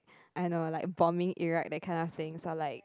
I know like bombing Iraq gaddafi so like